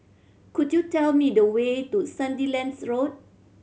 could you tell me the way to Sandilands Road